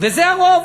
וזה הרוב,